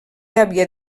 havia